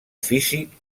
físic